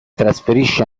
trasferisce